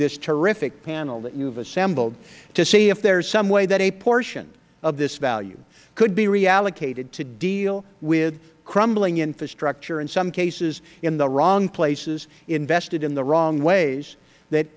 this terrific panel that you have assembled to see if there is some way that a portion of this value could be reallocated to deal with crumbling infrastructure in some places in the wrong places invested in the wrong ways that